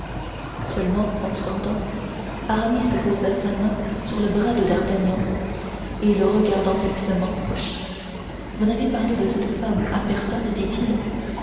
seulement en sortant aramis posa sa main sur le bras de d'artagnan et le regardant fixement vous n'avez parlé de cette femme à personne dit-il